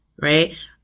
right